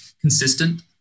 consistent